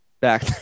back